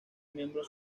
miembros